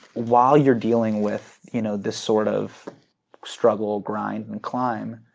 while you're dealing with you know the sort of struggle, grind and climb,